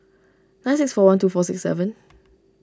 nine six four one two four six seven